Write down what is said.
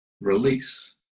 release